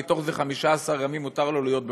מתוך זה 15 ימים מותר לו להיות בחו"ל.